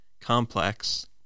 complex